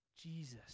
Jesus